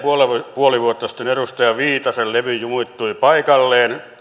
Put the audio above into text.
puoli vuotta sitten edustaja viitasen levy jumittui paikalleen